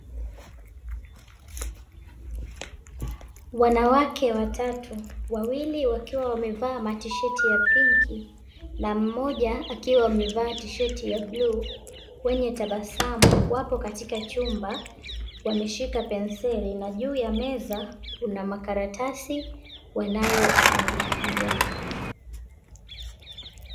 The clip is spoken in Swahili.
Wanawake watatu wawili wakiwa wamevaa matisheti ya pinki na mmoja akiwa amevaa tisheti ya bluu, wenye tabasamu. Wapo katika chumba wameshika penseli na juu ya meza kuna makaratasi wanayoandikia.